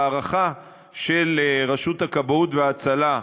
ההערכה של רשות הכבאות וההצלה,